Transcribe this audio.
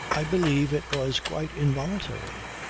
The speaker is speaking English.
i believe it was quite involuntary,